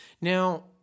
Now